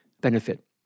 benefit